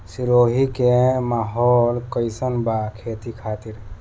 सिरोही के माहौल कईसन बा खेती खातिर?